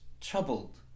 Troubled